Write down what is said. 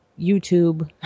YouTube